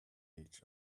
each